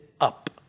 up